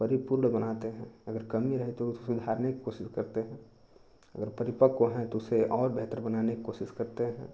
परिपूर्ण बनाते हैं अगर कमी है तो सुधारने की कोशिश करते हैं अगर परिपक्व हैं तो उसे और बेहतर बनाने की कोशिश करते हैं